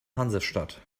hansestadt